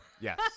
Yes